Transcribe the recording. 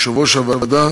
יושב-ראש הוועדה